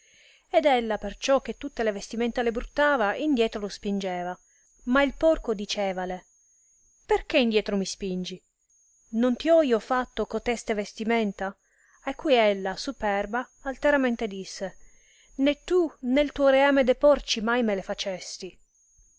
ed ella perciò che tutte le vestimenta le bruttava indietro lo spingeva ma il porco dicevale perchè indietro mi spingi non ti ho io fatto coteste vestimenta a cui ella superba alteramente disse né tu né tuo reame de porci mai me le facesti